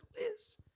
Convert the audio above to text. Liz